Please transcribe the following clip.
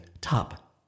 top